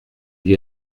lui